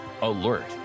alert